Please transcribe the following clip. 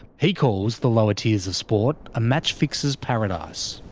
he calls the lower tiers of sport a match fixers' paradise.